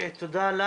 (היו"ר מנסור עבאס) תודה לך.